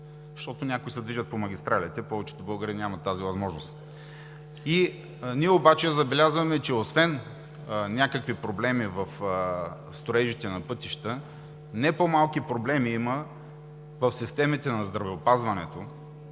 защото някои се движат по магистралите –повечето българи нямат тази възможност. Ние обаче забелязваме, че освен някакви проблеми в строежите на пътища не по-малки проблеми има в системите на здравеопазването,